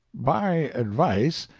by advice,